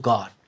God